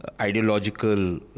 ideological